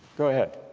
go ahead.